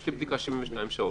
יש לי בדיקה שתקפה ל-72 שעות,